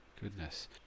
Goodness